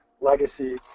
legacy